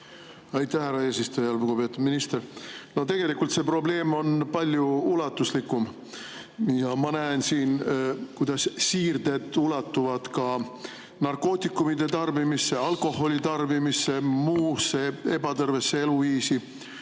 Aitäh, härra eesistuja! Lugupeetud minister! Tegelikult on see probleem palju ulatuslikum. Ma näen siin, kuidas siirded ulatuvad ka narkootikumide tarbimisse, alkoholi tarbimisse, muusse ebatervesse eluviisi,